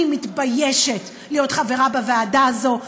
אני מתביישת להיות חברה בוועדה הזאת,